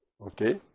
Okay